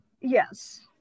Yes